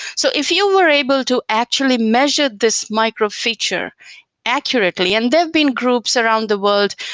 so if you were able to actually measure this micro-feature accurately, and there have been groups around the world,